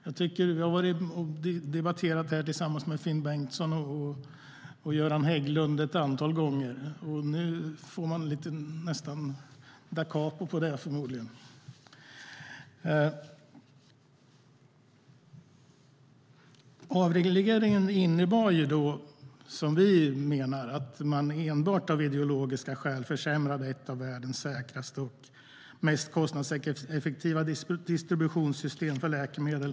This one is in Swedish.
Jag tycker att jag har debatterat det här med Finn Bengtsson och Göran Hägglund ett antal gånger, och nu får jag förmodligen ett dacapo på det. Vi menar att avregleringen innebar att man enbart av ideologiska skäl försämrade ett av världens säkraste och mest kostnadseffektiva distributionssystem för läkemedel.